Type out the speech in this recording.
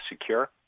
secure